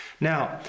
Now